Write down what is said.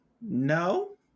No